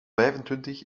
vijfentwintig